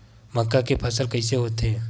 मक्का के फसल कइसे होथे?